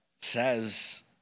says